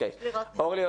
אורלי,